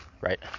right